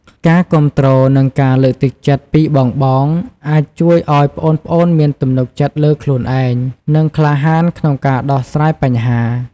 ការគាំទ្រ និងការលើកទឹកចិត្តពីបងៗ អាចជួយឱ្យប្អូនៗមានទំនុកចិត្តលើខ្លួនឯង និងក្លាហានក្នុងការដោះស្រាយបញ្ហា ។